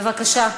בבקשה.